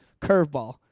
Curveball